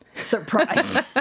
Surprise